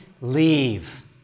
Leave